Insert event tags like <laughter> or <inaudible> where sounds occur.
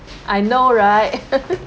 I know right <laughs>